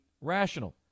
rational